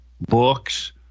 books